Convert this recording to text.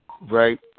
right